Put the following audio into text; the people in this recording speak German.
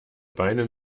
beine